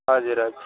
हजुर हजुर